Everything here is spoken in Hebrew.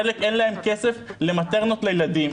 חלק אין להם כסף למטרנה לילדים.